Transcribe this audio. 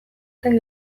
zen